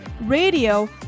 radio